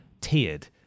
tiered